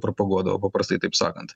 propaguodavo paprastai taip sakant